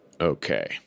Okay